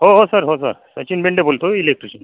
हो हो सर हो सर सचिन मेंढे बोलतोय इलेक्ट्रिशन